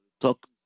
talk